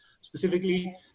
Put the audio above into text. specifically